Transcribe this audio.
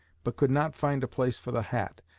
but could not find a place for the hat,